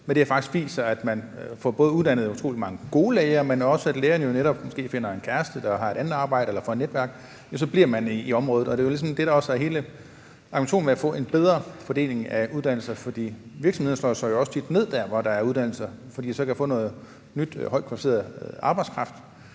men det har faktisk vist sig, at man både får uddannet utrolig mange gode læger, men også, at lægerne jo netop måske finder en kæreste, der har et andet arbejde, og får et netværk, og så bliver de i området, og det er det, der jo ligesom også er hele argumentationen i forhold til at få en bedre fordeling af uddannelser, for virksomheder slår sig jo også tit ned der, hvor der er uddannelser, fordi de så kan få ny, højtkvalificeret arbejdskraft.